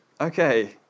Okay